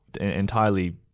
entirely